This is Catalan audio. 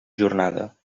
jornada